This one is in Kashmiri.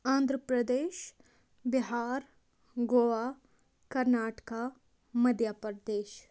آندھرٕ پرٛدیش بِہار گووا کَرناٹکا مٔدھیا پَردیش